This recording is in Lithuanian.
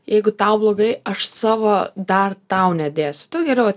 jeigu tau blogai aš savo dar tau nedėsiu tu geriau